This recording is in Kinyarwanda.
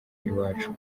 iwacu